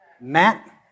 Matt